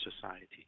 society